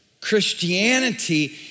Christianity